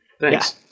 Thanks